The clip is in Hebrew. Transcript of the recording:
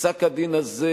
פסק-הדין הזה